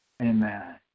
Amen